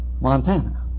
Montana